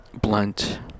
blunt